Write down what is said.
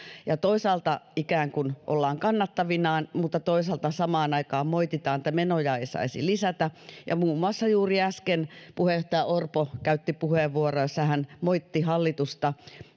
toisaalta ikään kuin ollaan kannattavinaan mutta toisaalta samaan aikaan moititaan että menoja ei saisi lisätä ja muun muassa juuri äsken puheenjohtaja orpo käytti puheenvuoron jossa hän moitti hallitusta